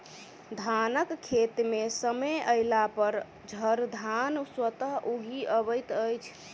धानक खेत मे समय अयलापर झड़धान स्वतः उगि अबैत अछि